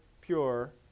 pure